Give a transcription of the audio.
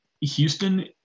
Houston